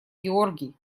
георгий